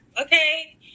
Okay